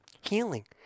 Healing